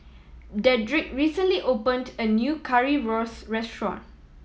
Dedric recently opened a new Currywurst restaurant